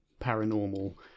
paranormal